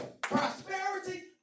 Prosperity